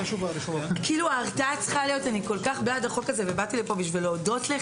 אני כל בעד החוק הזה ובאתי לפה בשביל להודות לך,